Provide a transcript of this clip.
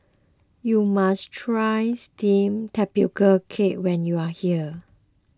you must try Steamed Tapioca Cake when you are here